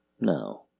No